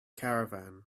caravan